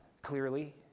clearly